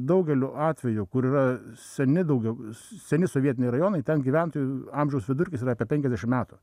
daugeliu atveju kur yra seni daugiau seni sovietiniai rajonai ten gyventojų amžiaus vidurkis yra apie penkiasdešimt metų